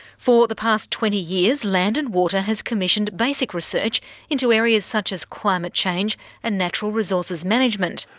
for the past twenty years, land and water has commissioned basic research into areas such as climate change and natural resources management.